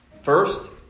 First